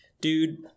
dude